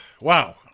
wow